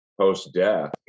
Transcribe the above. post-death